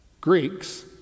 Greeks